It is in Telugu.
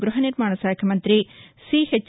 గ్బహనిర్మాణ శాఖ మంత్రి సిహెచ్